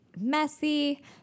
messy